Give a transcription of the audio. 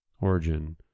origin